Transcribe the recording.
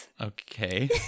Okay